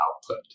output